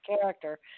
character